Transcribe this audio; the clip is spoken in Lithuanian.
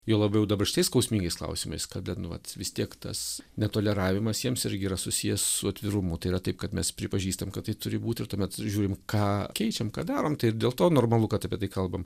juo labiau dabar šitais skausmingais klausimais kada nu vat vis tiek tas netoleravimas jiems irgi yra susijęs su atvirumu tai yra taip kad mes pripažįstam kad tai turi būt ir tuomet žiūrim ką keičiam ką darom tai ir dėl to normalu kad apie tai kalbam